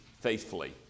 faithfully